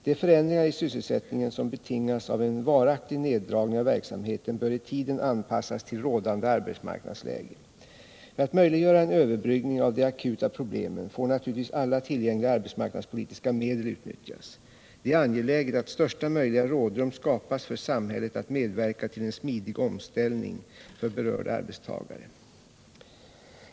De förändringar i sysselsättningen som betingas av en varaktig neddragning av verksamheten bör i tiden anpassas till rådande arbetsmarknadsläge. För att möjliggöra en överbryggning av de akuta problemen får naturligtvis alla tillgängliga arbetsmarknadspolitiska medel utnyttjas. Det är angeläget att största möjliga rådrum skapas för samhället att medverka till en smidig omställning för berörda arbetstagare.